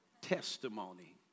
testimony